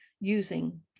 using